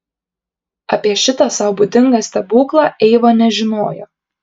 apie šitą sau būdingą stebuklą eiva nežinojo